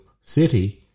City